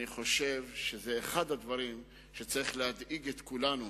אני חושב שזה אחד הדברים שצריך להדאיג את כולנו,